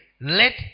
let